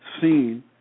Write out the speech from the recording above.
seen